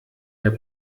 der